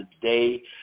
today